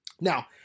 Now